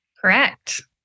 Correct